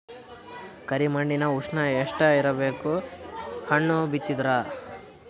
ಕರಿ ಮಣ್ಣಿನ ಉಷ್ಣ ಎಷ್ಟ ಇರಬೇಕು ಹಣ್ಣು ಬಿತ್ತಿದರ?